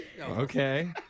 Okay